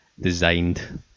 designed